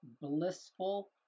blissful